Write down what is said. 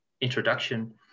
introduction